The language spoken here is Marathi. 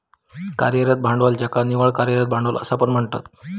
कार्यरत भांडवल ज्याका निव्वळ कार्यरत भांडवल असा पण म्हणतत